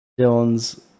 Dylan's